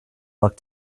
luck